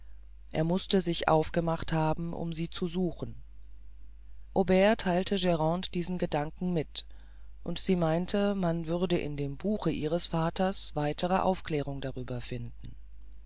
er mußte sich aufgemacht haben um sie zu suchen aubert theilte grande diesen gedanken mit und sie meinte man würde in dem buche ihres vaters weitere aufklärung hierüber finden